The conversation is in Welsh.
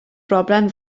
broblem